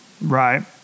Right